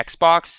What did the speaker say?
Xbox